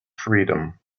freedom